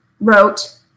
wrote